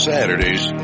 saturdays